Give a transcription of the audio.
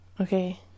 Okay